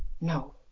No